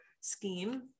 scheme